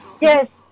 Yes